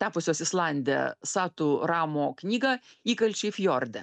tapusios islande satu ramo knygą įkalčiai fjorde